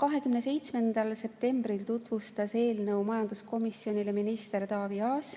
27. septembril tutvustas eelnõu majanduskomisjonile minister Taavi Aas.